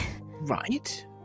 Right